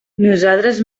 nosaltres